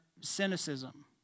cynicism